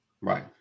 Right